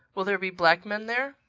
will there be black men there?